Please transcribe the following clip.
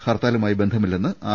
ഹർത്താലുമായി ബന്ധമില്ലെന്ന് ആർ